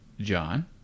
John